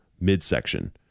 midsection